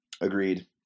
Agreed